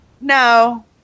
No